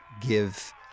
give